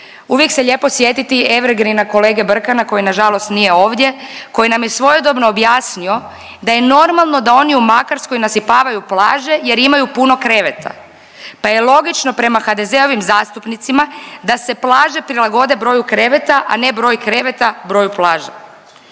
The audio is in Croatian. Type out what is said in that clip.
Uvijek se lijepo sjetiti evergreena kolege Brkana koji na žalost nije ovdje, koji nam je svojedobno objasnio da je normalno da oni u Makarskoj nasipavaju plaže jer imaju puno kreveta, pa je logično prema HDZ-ovim zastupnicima da se plaže prilagode broju kreveta, a ne broj kreveta broju plaža.